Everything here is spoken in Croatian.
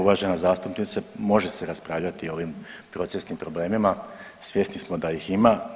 Uvažena zastupnice može se raspravljati o ovim procesnim problemima, svjesni smo da ih ima.